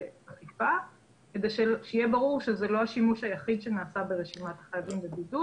אכיפה כדי שיהיה ברור שזה לא השימוש היחיד שנעשה ברשימת החייבים בבידוד.